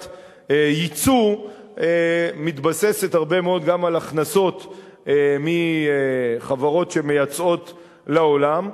ייצוא מבוססת הרבה מאוד גם על הכנסות מחברות שמייצאות לעולם.